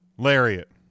lariat